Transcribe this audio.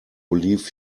leave